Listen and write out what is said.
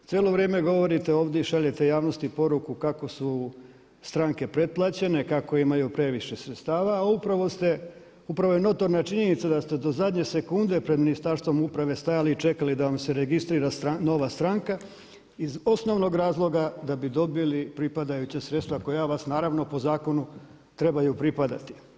Cijelo vrijeme govorite ovdje šaljete javnosti poruku kako su stranke preplaćene, kako imaju previše sredstava, a upravo ste, upravo je notorna činjenica da ste do zadnje sekunde pred Ministarstvom uprave stajali i čekali da vam se registrira nova stranka, iz osnovnog razloga da bi dobili pripadajuća sredstva koja vas naravno po zakonu trebaju pripadati.